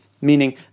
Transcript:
meaning